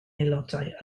aelodau